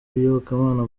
iyobokamana